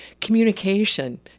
communication